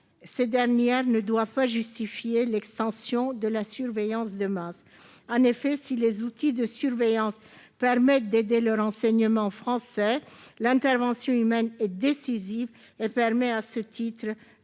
ces dernières ne doivent pas justifier l'extension de la surveillance de masse. Certes, les outils de surveillance apportent une aide au renseignement français, mais l'intervention humaine est décisive et c'est elle